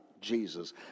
Jesus